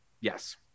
Yes